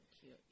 cute